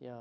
ya